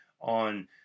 on